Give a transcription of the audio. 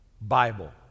Bible